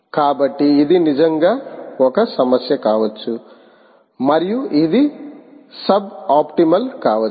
కాబట్టి ఇది నిజంగా ఒక సమస్య కావచ్చు మరియు ఇది సబ్ ఆప్టిమల్ కావచ్చు